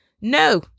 No